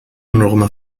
رغم